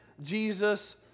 Jesus